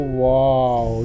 wow